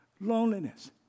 loneliness